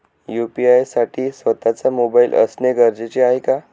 UPI साठी स्वत:चा mobile असणे गरजेचे आहे का?